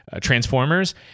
transformers